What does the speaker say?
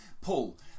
Paul